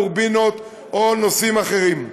טורבינות או נושאים אחרים.